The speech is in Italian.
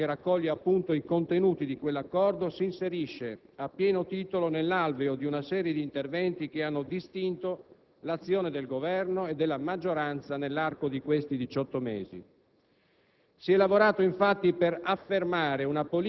In via generale, il presente provvedimento, che raccoglie appunto i contenuti di quell'accordo, s'inserisce a pieno titolo nell'alveo di una serie di interventi che hanno distinto l'azione del Governo e della maggioranza nell'arco di questi diciotto